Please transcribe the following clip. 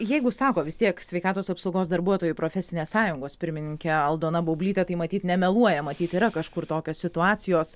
jeigu sako vis tiek sveikatos apsaugos darbuotojų profesinės sąjungos pirmininkė aldona baublytė tai matyt nemeluoja matyt yra kažkur tokios situacijos